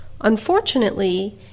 Unfortunately